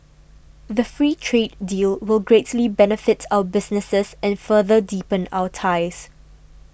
the free trade deal will greatly benefit our businesses and further deepen our ties